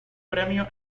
premio